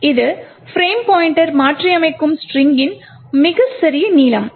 இது frame pointer மாற்றியமைக்கும் ஸ்ட்ரிங்கின் மிகச்சிறிய நீளம்